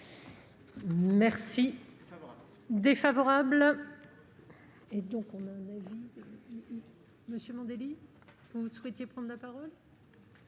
Merci